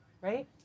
right